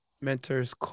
Mentor's